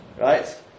right